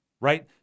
right